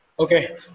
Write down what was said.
Okay